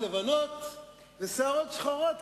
האם אתם מוכנים לשמוע את הנאום של